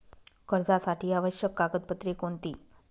कर्जासाठी आवश्यक कागदपत्रे कोणती?